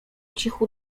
cichu